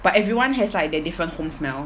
but everyone has like their different home smell